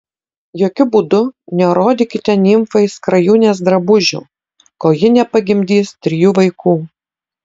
jokiu būdu nerodykite nimfai skrajūnės drabužių kol ji nepagimdys trijų vaikų